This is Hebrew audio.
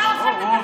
אתה הובלת את המחאה.